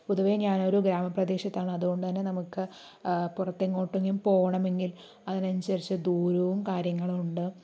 പൊതുവേ ഞാനൊരു ഗ്രാമപ്രദേശത്താണ് അതുകൊണ്ട് തന്നെ നമുക്ക് പുറത്തെങ്ങോട്ടെങ്കിലും പോവണമെങ്കിൽ അതിനനുസരിച്ച് ദൂരവും കാര്യങ്ങളും ഉണ്ട്